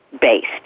based